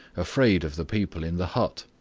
afraid of the people in the hut.